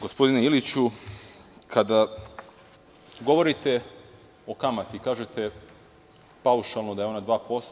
Gospodine Iliću, kada govorite o kamati, kažete paušalno da je ona 2%